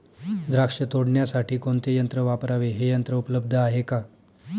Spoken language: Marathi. द्राक्ष तोडण्यासाठी कोणते यंत्र वापरावे? हे यंत्र उपलब्ध आहे का?